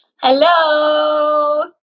Hello